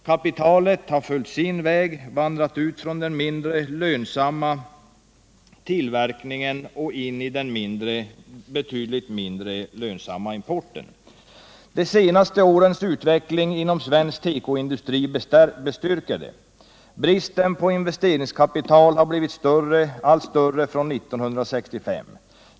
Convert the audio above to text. Kapitalet har följt sin väg och vandrat ut från den mindre lönsamma tillverkningen och in i den betydligt mindre lönsamma importen. De senaste årens utveckling inom svensk tekoindustri bestyrker detta. Bristen på investeringskapital har blivit allt större från 1965.